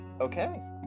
okay